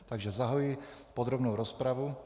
Takže zahajuji podrobnou rozpravu.